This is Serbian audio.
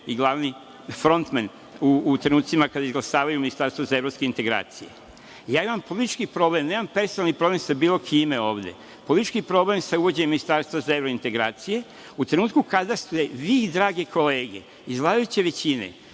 i glavni frontmen u trenucima kada izglasavaju ministarstvo za evropske integracije. Ja imam politički problem, nemam personalni problem sa bilo kime ovde, politički problem sa uvođenjem ministarstva za evrointegracije u trenutku kada ste vi, drage kolege, iz vladajuće većine